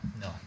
No